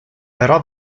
però